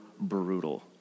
brutal